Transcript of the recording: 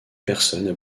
personnes